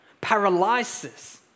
paralysis